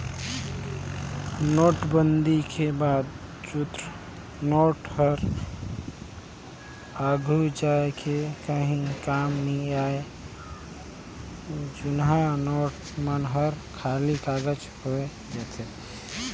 नोटबंदी के बाद जुन्ना नोट हर आघु जाए के काहीं काम नी आए जुनहा नोट मन हर खाली कागज होए जाथे